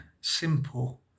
simple